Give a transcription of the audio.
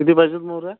किती पाहिजेत मोहऱ्या